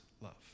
love